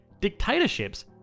dictatorships